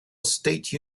state